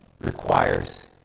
requires